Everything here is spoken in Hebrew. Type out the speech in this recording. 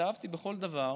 התאהבתי בכל דבר.